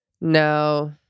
No